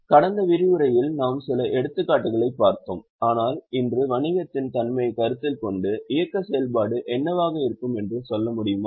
கடந்த விரிவுரையில் நாம் சில எடுத்துக்காட்டுகளைப் பார்த்தோம் ஆனால் இன்று வணிகத்தின் தன்மையைக் கருத்தில் கொண்டு இயக்க செயல்பாடு என்னவாக இருக்கும் என்று சொல்ல முடியுமா